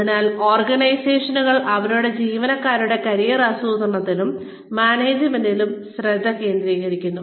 അതിനാൽ ഓർഗനൈസേഷനുകൾ അവരുടെ ജീവനക്കാരുടെ കരിയർ ആസൂത്രണത്തിലും മാനേജ്മെന്റിലും ശ്രദ്ധ കേന്ദ്രികരിക്കുന്നു